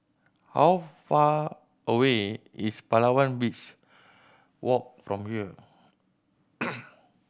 how far away is Palawan Beach Walk from here